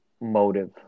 motive